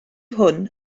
hwn